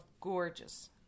gorgeous